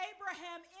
Abraham